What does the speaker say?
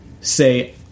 say